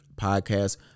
podcast